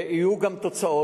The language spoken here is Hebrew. ויהיו גם תוצאות.